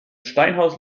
steinhaus